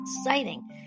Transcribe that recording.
exciting